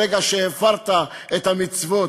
ברגע שהפרת את המצוות,